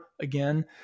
again